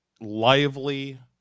lively